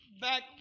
back